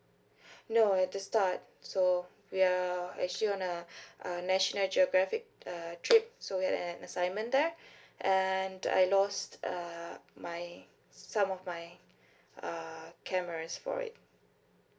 no at the start so we are actually on a uh national geographic uh trip so we have an assignment there and I lost uh my some of my uh cameras for it